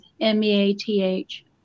M-E-A-T-H